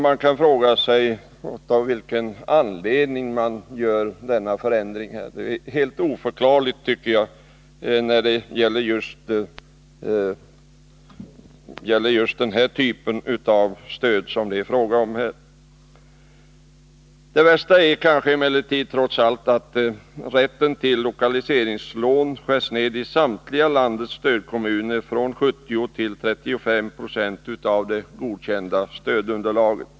Man kan fråga sig av vilken anledning man vill göra dessa förändringar. Jag tycker det är helt oförklarligt när det gäller just den här typen av stöd. Det värsta är kanske emellertid att rätten till lokaliseringslån skärs ner i samtliga landets stödkommuner, från 70 90 till 35 26 av det godkända stödunderlaget.